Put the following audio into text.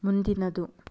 ಮುಂದಿನದು